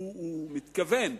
הוא מספק את הצרכים שהוא מתכוון,